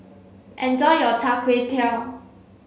enjoy your Char Kway Teow